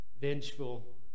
vengeful